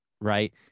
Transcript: right